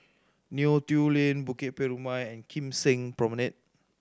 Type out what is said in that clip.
Neo Tiew Lane Bukit Purmei and Kim Seng Promenade